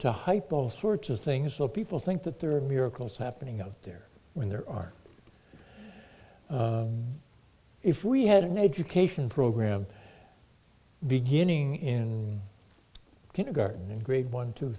to hype all sorts of things that people think that there are miracles happening out there when there are if we had an education program beginning in kindergarten in grade one two